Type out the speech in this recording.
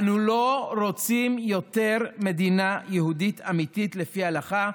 אנו לא רוצים יותר מדינה יהודית אמיתית לפי ההלכה,